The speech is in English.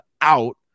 out